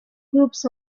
groups